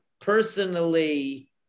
personally